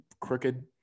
crooked